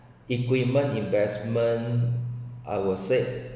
equipment investment I will said